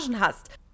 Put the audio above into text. hast